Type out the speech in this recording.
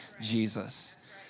Jesus